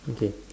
okay